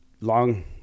long